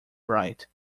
bright